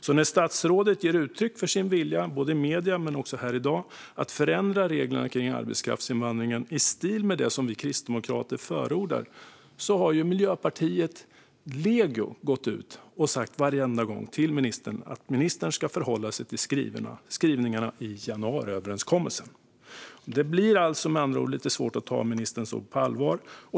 Så när statsrådet, både i medierna och här i dag, ger uttryck för sin vilja att förändra reglerna kring arbetskraftsinvandringen i stil med det som vi kristdemokrater förordar har Miljöpartiet varenda gång gått ut och sagt att ministern ska förhålla sig till skrivningarna i januariöverenskommelsen. Det blir med andra ord lite svårt att ta ministerns ord på allvar.